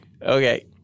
Okay